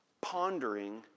Pondering